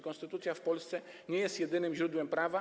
Konstytucja w Polsce nie jest jedynym źródłem prawa.